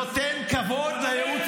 נותן כבוד לייעוץ